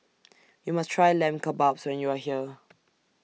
YOU must Try Lamb Kebabs when YOU Are here